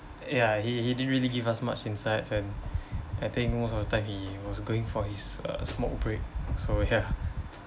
ya he he didn't really give us much insights and I think most of the time he was going for his uh smoke break so ya